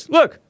Look